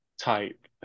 type